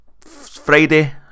Friday